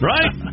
Right